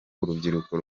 urubyiruko